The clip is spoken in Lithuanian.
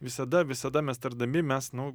visada visada mes tardami mes nu